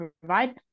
provide